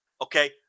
Okay